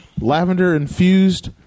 lavender-infused